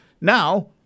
Now